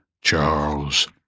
Charles